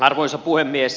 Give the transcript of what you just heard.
arvoisa puhemies